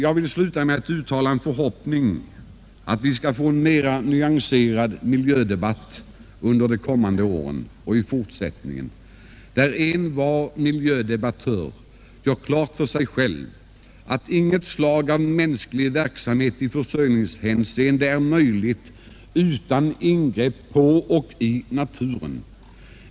Jag vill sluta mitt anförande med att uttala förhoppningen att vi skall få en mera nyanserad miljödebatt under det kommande året och i fortsättningen, där envar miljödebattör gör klart för sig själv att inget slag av mänsklig verksamhet i försörjningshänseende är möjlig utan ingrepp på och i naturen.